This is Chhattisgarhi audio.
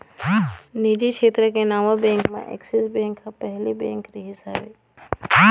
निजी छेत्र के नावा बेंक म ऐक्सिस बेंक ह पहिली बेंक रिहिस हवय